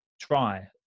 try